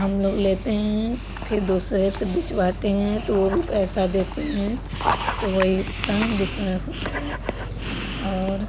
हम लोग लेते हैं तो फिर दूसरे से बिचवाते हैं तो वो भी पैसा देते हैं तो वही काम बिसना होता है और